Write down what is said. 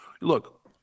Look